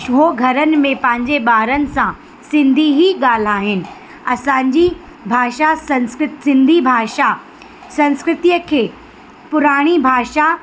उहे घरनि में पंहिंजे ॿारनि सां सिंधी ई ॻाल्हाइनि असांजी भाषा संस्कृत सिंधी भाषा संस्कृतिअ खे पुराणी भाषा